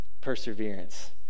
perseverance